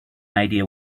idea